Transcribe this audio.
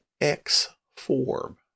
X-form